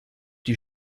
die